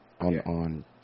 on –